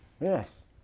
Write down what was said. yes